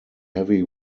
heavy